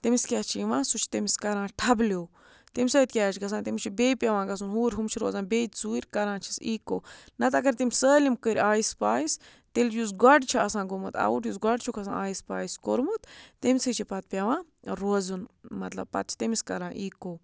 تٔمِس کیٛاہ چھِ یِوان سُہ چھِ تٔمِس کَران ٹھَبلیو تَمہِ سۭتۍ کیٛاہ چھِ گژھان تٔمِس چھِ بیٚیہِ پٮ۪وان گژھُن ہور ہُم چھِ روزان بیٚیہِ ژوٗرِ کَران چھِس ایٖکو نَتہٕ اگر تٔمۍ سٲلِم کٔرۍ آیِس پایِس تیٚلہِ یُس گۄڈٕ چھِ آسان گوٚمُت آوُٹ یُس گۄڈٕ چھُکھ آسان آیِس پایِس کوٚرمُت تٔمۍسٕے چھِ پَتہٕ پٮ۪وان روزُن مَطلب پَتہٕ چھِ تٔمِس کَران ایٖکو